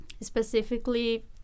specifically